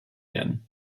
werden